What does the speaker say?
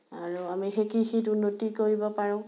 আৰু আমি সেই কৃষিত উন্নতি কৰিব পাৰোঁ